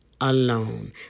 alone